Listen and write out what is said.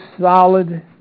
solid